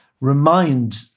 remind